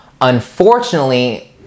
Unfortunately